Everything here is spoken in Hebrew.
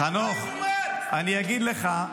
חנוך, אני אגיד לך.